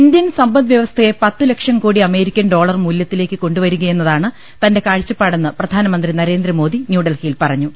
Indian സമ്പദ്വ്യവസ്ഥയെ പത്തുലക്ഷംകോടി American dollar മൂല്യത്തിലേക്ക് കൊണ്ടുവരികയെന്നതാണ് തന്റെ കാഴ്ച പ്പാടെന്ന് പ്രധാനമന്ത്രി നരേന്ദ്രമോദി ന്യൂഡൽഹിയിൽ പറഞ്ഞു